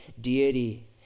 deity